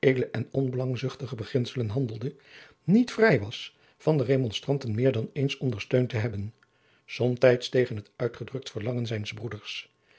en onbelangzuchtige beginselen handelende niet vrij was van de remonstranten meer dan eens ondersteund te hebben somtijds tegen het uitgedrukt verlangen zijns broeders